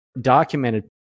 documented